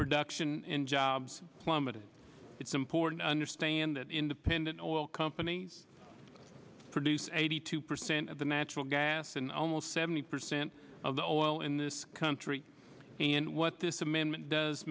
reduction in jobs plummeted it's important to understand that independent oil companies produce eighty two percent of the natural gas and almost seventy percent of the oil in this country and what this amendment does